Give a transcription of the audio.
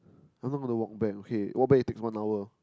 I'm not gonna walk back okay walk back it takes one hour